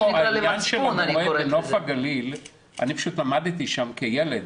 מה שקורה בנוף הגליל, פשוט למדתי שם כילד,